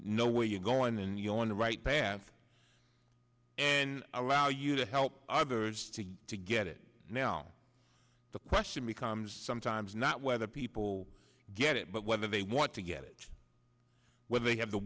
know where you're going and you're on the right path and allow you to help others to you to get it now the question becomes sometimes not whether people get it but whether they want to get it whether they have the